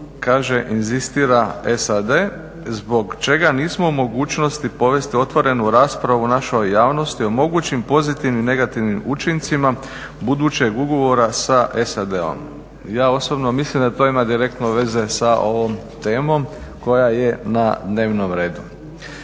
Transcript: kaže inzistira SAD zbog čega nismo u mogućnosti povesti otvorenu raspravu u našoj javnosti o mogućim pozitivnim i negativnim učincima budućeg ugovora sa SAD-om. Ja osobno mislim da to ima direktno veze sa ovom temom koja je na dnevnom redu.